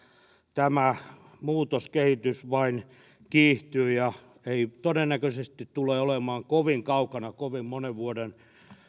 tämä muutoskehitys vain kiihtyy ei todennäköisesti tule olemaan kovin kaukana kovin monen vuoden